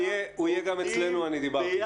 הוא יהיה גם אצלנו, אני דיברתי אתו.